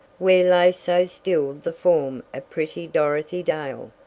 where lay so still the form of pretty dorothy dale,